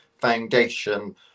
Foundation